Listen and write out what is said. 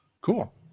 Cool